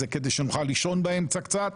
זה כדי שנוכל לישון באמצע קצת.